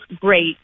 great